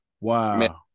Wow